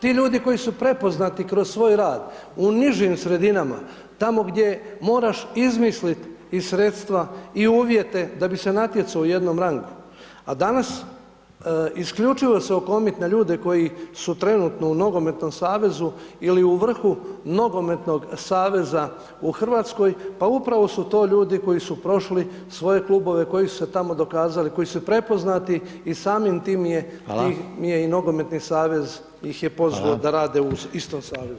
Ti ljudi koji su prepoznati kroz svoj rad u nižim sredinama, tamo gdje moraš izmislit i sredstva i uvjete da bi se natjecao u jednom rangu, a danas isključivo se okomit na ljude koji su trenutno u nogometnom savezu ili u vrhu nogometnog saveza u Hrvatskoj, pa upravo su to ljudi koji su prošli svoje klubove koji su se tamo dokazali, koji su prepoznati i samim tim je [[Upadica: Hvala]] im je i nogometni savez ih je pozvao [[Upadica: Hvala]] da rade u istom savezu.